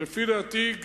ולפי דעתי,